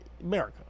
America